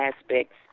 aspects